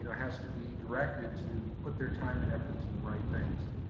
you know has to be directed to put their time and efforts in the right things.